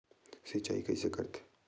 सिंचाई कइसे करथे?